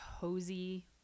cozy